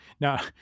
now